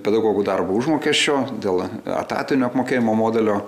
pedagogų darbo užmokesčio dėl etatinio apmokėjimo modelio